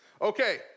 okay